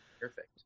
Perfect